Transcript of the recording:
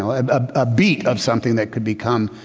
ah a beat of something that could become,